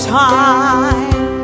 time